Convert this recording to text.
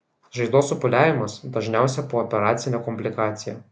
žaizdos supūliavimas dažniausia pooperacinė komplikacija